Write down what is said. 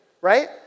right